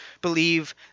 believe